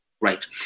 right